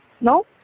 no